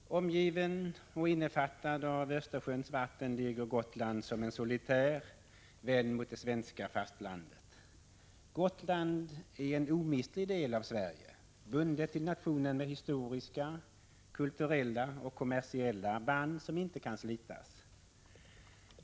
Herr talman! Omgivet och innefattat av Östersjöns vatten ligger Gotland som en solitär, vänd mot det svenska fastlandet. Gotland är en omistlig del av Sverige, bundet till nationen med historiska, kulturella och kommersiella band som inte kan slitas av.